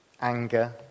anger